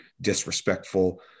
disrespectful